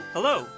Hello